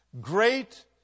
Great